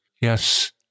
Yes